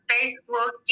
Facebook